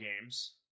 games